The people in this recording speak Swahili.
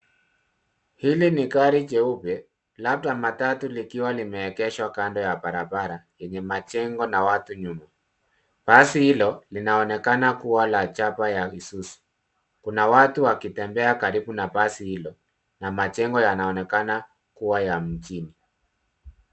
Hili ni gari jeupe, labda matatu, likiwa limeegeshwa kando ya barabara yenye majengo na watu nyuma. Basi hilo linaonekana kuwa la chapa ya Isuzu. Kuna watu wakitembea karibu na basi hilo na majengo yanaonekana kuwa ya mjini.